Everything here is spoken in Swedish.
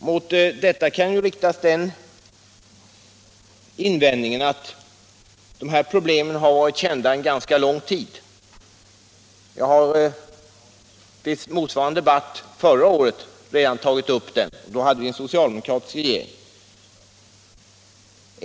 Mot detta kan riktas den invändningen, att problemen har varit kända en ganska lång tid. Jag tog för min del upp dem redan vid förra årets bostadsdebatt här i kammaren, och då hade vi ju en socialdemokratisk regering.